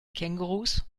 kängurus